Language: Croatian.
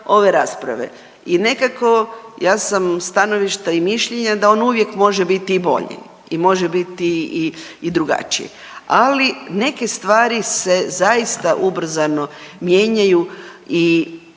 i nekako ja sam stanovišta i mišljenja da on uvijek može biti i bolji i može biti i drugačiji. Ali ne stvari se zaista ubrzano mijenjaju i